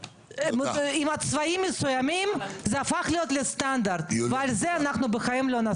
שהיא עם צבעים מסוימים זה הפך להיות סטנדרט ולזה אנחנו בחיים לא נסכים.